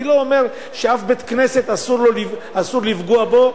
אני לא אומר שאף בית-כנסת אסור לפגוע בו,